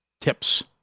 tips